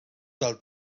del